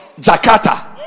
jakarta